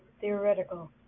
theoretical